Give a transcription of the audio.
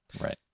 right